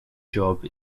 job